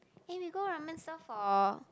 eh we go Ramen-Stall for